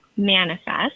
manifest